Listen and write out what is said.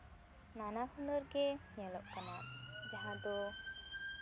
ᱱᱟᱱᱟᱦᱩᱱᱟᱹᱨ ᱜᱮ ᱧᱮᱞᱚᱜ ᱠᱟᱱᱟ ᱡᱟᱦᱟᱸ ᱫᱚ